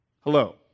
Hello